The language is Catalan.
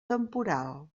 temporal